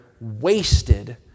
wasted